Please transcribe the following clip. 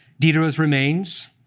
diderot's remains,